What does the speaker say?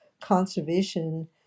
conservation